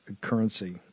currency